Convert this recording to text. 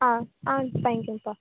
ஆ ஆ தேங்க் யூங்ப்பா